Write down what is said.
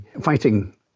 fighting